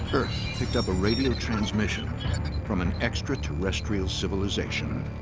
picked up a radio transmission from an extraterrestrial civilization.